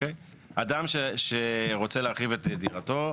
אדם שרוצה להרחיב את דירתו,